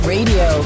Radio